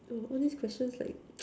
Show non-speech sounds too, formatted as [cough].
[noise] all these questions like [noise]